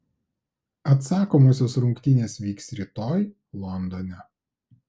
atsakomosios rungtynės vyks rytoj londone